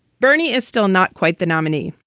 bernie is still not quite the nominee,